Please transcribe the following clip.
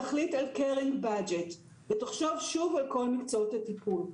תחליט על קרן באדג'ט ותחשוב שוב על כל מקצועות הטיפול.